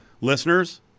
listeners